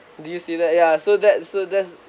did you see that yeah so that's so that's